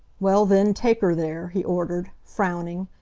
well then, take her there, he ordered, frowning,